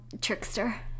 trickster